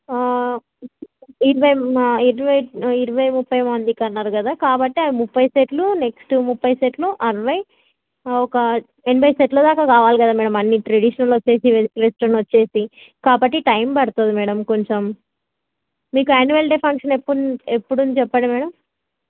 ఇరవై ఇరవై ఇరవై ముప్పై మందికి అన్నారు కదా కాబట్టి అవి ముప్పై సెట్లు నెక్స్ట్ ముప్పై సెట్లు అరవై ఒక ఎనభై సెట్ల దాకా కావాలి కదా మేడం అన్నీ ట్రెడిషనల్ వచ్చేసి వెస్ట్రన్ వచ్చేసి కాబట్టి టైమ్ పడుతుంది మేడం కొంచెం మీకు యాన్యువల్ డే ఫంక్షన్ ఎప్పుడు ఎప్పుడు ఉంది చెప్పండి మేడం